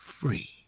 free